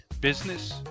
business